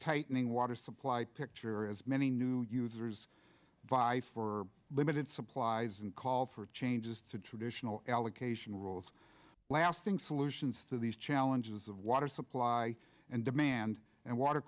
tightening water supply picture as many new users vie for limited supplies and call for changes to traditional allocation rules lasting solutions to these challenges of water supply and demand and water